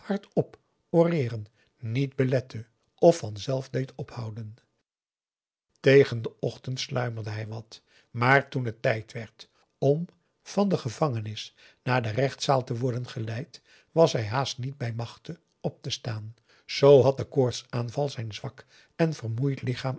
hardop oreeren niet belette of vanzelf deed ophouden tegen den ochtend sluimerde hij wat maar toen het tijd werd om van de gevangenis naar de rechtzaal te worden geleid was hij haast niet bij machte op te staan z had de koortsaanval zijn zwak en vermoeid lichaam